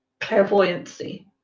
clairvoyancy